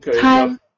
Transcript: Time